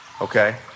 Okay